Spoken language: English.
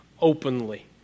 openly